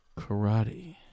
karate